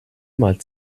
mal